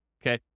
okay